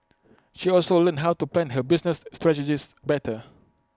she also learned how to plan her business strategies better